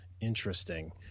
Interesting